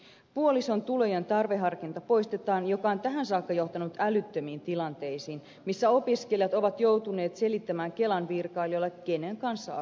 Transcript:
poistetaan puolison tulojen tarveharkinta joka on tähän saakka johtanut älyttömiin tilanteisiin missä opiskelijat ovat joutuneet selittämään kelan virkailijoille kenen kanssa asuvat